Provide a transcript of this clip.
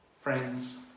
Friends